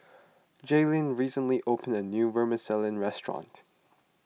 Jaelyn recently opened a new Vermicelli restaurant